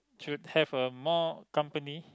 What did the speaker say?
should have a more company